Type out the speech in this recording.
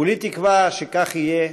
כולי תקווה שכך יהיה,